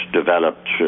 developed